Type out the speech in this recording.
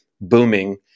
booming